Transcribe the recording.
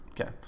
Okay